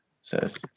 says